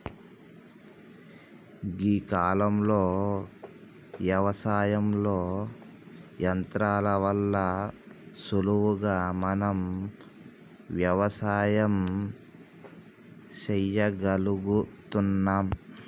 గీ కాలంలో యవసాయంలో యంత్రాల వల్ల సులువుగా మనం వ్యవసాయం సెయ్యగలుగుతున్నం